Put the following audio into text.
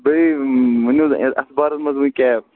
بیٚیہِ ؤنِو حظ اَتھ بارَس مَنٛز وۅنۍ کیٛاہ